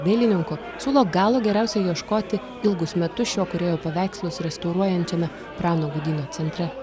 dailininko siūlo galo geriausia ieškoti ilgus metus šio kūrėjo paveikslus restauruojančiame prano gudyno centre